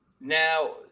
Now